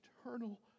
eternal